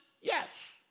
yes